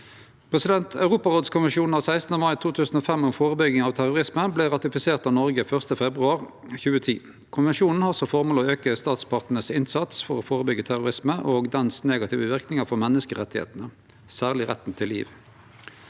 Europarådskonvensjonen av 16. mai 2005 om førebygging av terrorisme vart ratifisert av Noreg 1. februar 2010. Konvensjonen har som formål å auke statspartane sin innsats for å førebyggje terrorisme og dei negative verknadene det har for menneskerettane, særleg retten til liv.